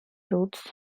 routes